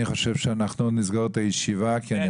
אני חושב שאנחנו נסגור את הישיבה כי אני